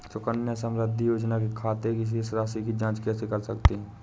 सुकन्या समृद्धि योजना के खाते की शेष राशि की जाँच कैसे कर सकते हैं?